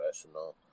professional